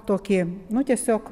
tokį nu tiesiog